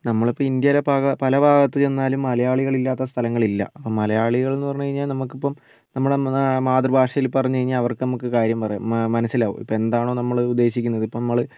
നമ്മൾ ഇപ്പോൾ ഇന്ത്യന്റെ പല പലഭാഗത്തു ചെന്നാലും മലയാളികളില്ലാത്ത സ്ഥലങ്ങളില്ല അപ്പോൾ മലയാളികൾ എന്നുപറഞ്ഞാൽ നമുക്ക് ഇപ്പോൾ നമ്മളുടെ മാതൃ ഭാഷയിൽ പറഞ്ഞുകഴിഞ്ഞാൽ അവർക്ക് നമുക്ക് കാര്യം പറഞ്ഞാൽ മനസ്സിലാകും ഇപ്പോൾ എന്താണോ നമ്മള് ഉദ്ദേശിക്കുന്നത് ഇപ്പോൾ നമ്മള്